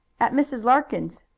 at mrs. larkins'.